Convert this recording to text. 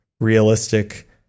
realistic